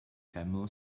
camel